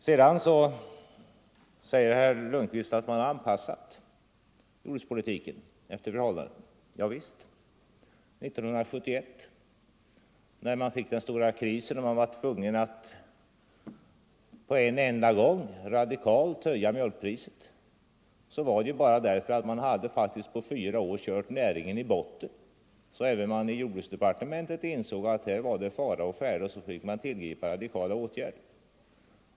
Sedan säger herr Lundkvist att man har anpassat jordbrukspolitiken efter förhållandena. Javisst, 1971, när man fick den stora krisen och var tvungen att på en enda gång radikalt höja mjölkpriset, var det bara därför att man faktiskt på fyra år hade kört näringen i botten. Även i jordbruksdepartementet insåg man att här var fara å färde och fick tillgripa radikala åtgärder.